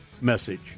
message